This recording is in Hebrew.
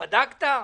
בדקת?